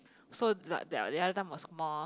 so the there are there are time was more